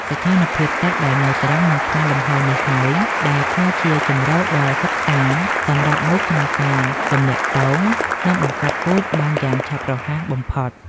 ស្ថានភាពទឹកដែលនៅទ្រឹង និងខ្វះលំហូរនេះហើយ ដែលក្លាយជាជម្រកដ៏សុខសាន្តសម្រាប់មូសក្នុងការទម្លាក់ពង និងបង្កាត់ពូជបានយ៉ាងឆាប់រហ័សបំផុត។